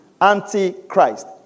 Antichrist